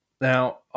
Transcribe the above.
Now